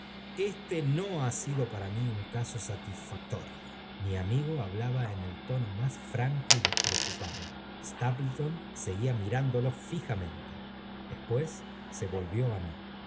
este no ha sido para mí un caft safactorio mi amigo hablaba en el tono más tranco y despreocupado stapleton seguía mirándolo fijamente después be volvió á mí